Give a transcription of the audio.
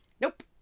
nope